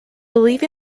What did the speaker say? believe